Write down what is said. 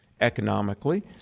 economically